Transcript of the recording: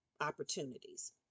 opportunities